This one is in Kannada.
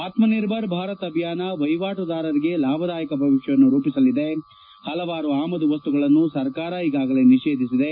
ಆತ್ನ ನಿರ್ಭರ್ ಭಾರತ್ ಅಭಿಯಾನ ವಹಿವಾಟುದಾರರಿಗೆ ಲಾಭದಾಯಕ ಭವಿಷ್ಣವನ್ನು ರೂಪಿಸಲಿದೆ ಪಲವಾರು ಆಮದು ವಸ್ತುಗಳನ್ನು ಸರ್ಕಾರ ಈಗಾಗಲೇ ನಿಷೇಧಿಬಿದೆ